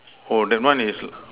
oh that one is